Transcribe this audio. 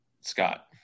Scott